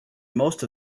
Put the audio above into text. most